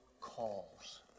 calls